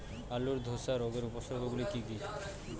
আলুর ধ্বসা রোগের উপসর্গগুলি কি কি?